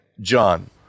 John